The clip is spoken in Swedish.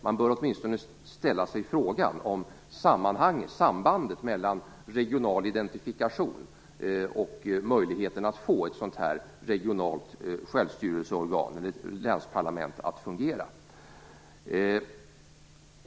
Man bör åtminstone ställa sig frågan om sambandet mellan regional identifikation och möjligheterna att få ett regionalt självstyrelseorgan eller länsparlament att fungera.